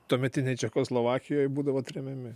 tuometinėj čekoslovakijoj būdavo tremiami